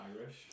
Irish